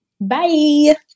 Bye